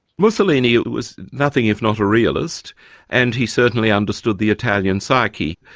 mussolini was nothing if not a realist and he certainly understood the italian psyche.